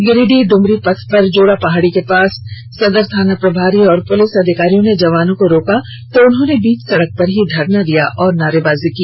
गिरिडीह इमरी पथ पर जोड़ा पहाड़ी के पास मुफस्सिल थाना प्रभारी और पुलिस अधिकारियों ने जवानों को रोका तो इनलोर्गो ने बीच सड़क पर ही धरना दिया और नारेबाजी की